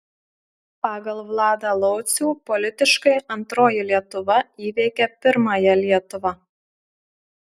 pagal vladą laucių politiškai antroji lietuva įveikia pirmąją lietuvą